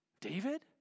David